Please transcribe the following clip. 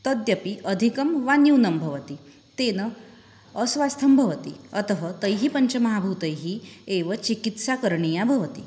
तदपि अधिकं वा न्यूनं भवति तेन अस्वास्थं भवति अतः तैः पञ्चमहाभूतैः एव चिकित्साकरणीया भवति